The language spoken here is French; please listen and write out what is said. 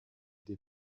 des